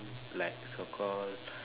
like so called